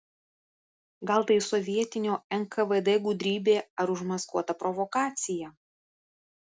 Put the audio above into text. gal tai sovietinio nkvd gudrybė ar užmaskuota provokacija